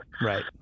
Right